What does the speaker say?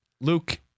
Luke